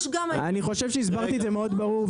אני חושב שהסברתי את זה מאוד ברור,